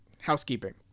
housekeeping